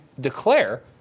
declare